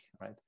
right